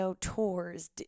tours